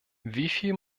wieviel